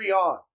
Patreon